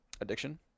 addiction